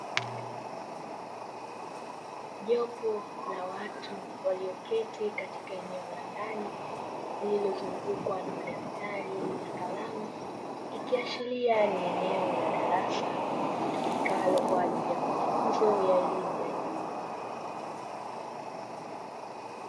Jopo la watu walioketi katika eneo la ndani lililozungukwa na madaktari na kalamu, ikiashiria ni eneo la darasa litumikalo kwa ajili ya mafunzo ya Elimu ya juu.